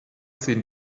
sind